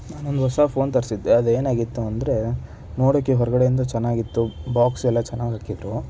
ನಾನೊಂದು ಹೊಸ ಫೋನ್ ತರಿಸಿದ್ದೆ ಅದೇನಾಗಿತ್ತು ಅಂದರೆ ನೋಡೋಕ್ಕೆ ಹೊರಗಡೆಯಿಂದ ಚೆನ್ನಾಗಿತ್ತು ಬಾಕ್ಸ್ ಎಲ್ಲ ಚೆನ್ನಾಗಿ ಹಾಕಿದ್ದರು